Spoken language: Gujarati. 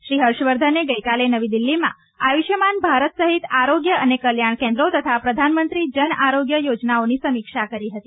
શ્રી હર્ષવર્ધને ગઇકાલે નવી દિલ્હીમાં આયુષ્યમાન ભારત સહિત આરોગ્ય અને કલ્યાણ કેન્દ્રો તથા પ્રધાનમંત્રી જન આરોગ્ય યોજનાઓની સમીક્ષા કરી હતી